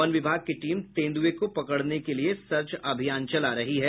one विभाग की team तेंदुए को पकड़ने की लिए सर्च अभियान चला रही है